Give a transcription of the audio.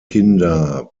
kinder